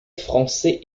français